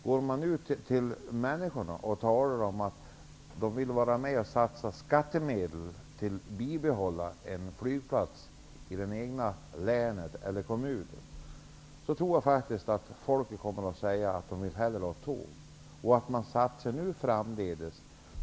Går man ut till människorna och frågar om de vill vara med och satsa skattemedel för att bibehålla en flygplats i deras hemlän eller hemkommun, tror jag faktiskt att de hellre vill ha järnväg.